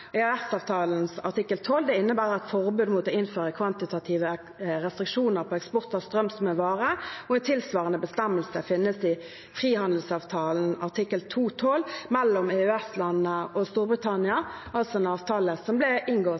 artikkel 12. Det innebærer et forbud mot å innføre kvantitative restriksjoner på eksport av strøm som en vare. En tilsvarende bestemmelse finnes i frihandelsavtalen artikkel 2-12 mellom EØS-landene og Storbritannia, altså en avtale som ble inngått